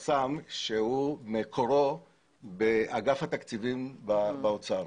חסם נוסף מקורו באגף התקציבים באוצר.